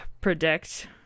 predict